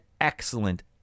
excellent